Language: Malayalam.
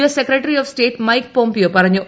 S secretary of state Mike Pompeo പറഞ്ഞു